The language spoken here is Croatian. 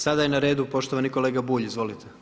Sada je na redu poštovani kolega Bulj, izvolite.